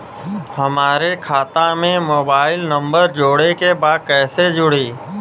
हमारे खाता मे मोबाइल नम्बर जोड़े के बा कैसे जुड़ी?